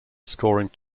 scoring